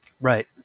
Right